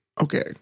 Okay